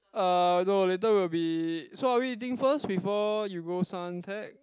uh no later we'll be so are we eating first before you go Suntec